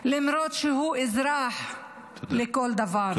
למרות שהוא אזרח לכל דבר.